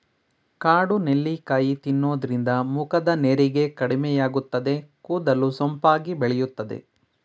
ಕಾಡು ನೆಲ್ಲಿಕಾಯಿ ತಿನ್ನೋದ್ರಿಂದ ಮುಖದ ನೆರಿಗೆ ಕಡಿಮೆಯಾಗುತ್ತದೆ, ಕೂದಲು ಸೊಂಪಾಗಿ ಬೆಳೆಯುತ್ತದೆ